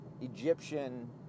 Egyptian